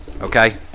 okay